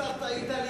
קצת טעית.